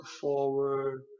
forward